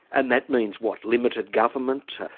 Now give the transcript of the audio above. and that means what, limited government?